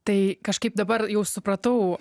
tai kažkaip dabar jau supratau